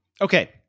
Okay